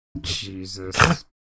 Jesus